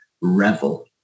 revel